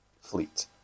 fleet